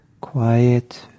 quiet